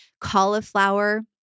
cauliflower